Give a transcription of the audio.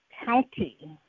County